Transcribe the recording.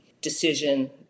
decision